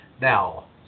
now